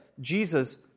Jesus